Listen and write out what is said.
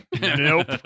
Nope